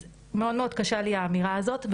אז מאוד מאוד קשה לי האמירה הזאת.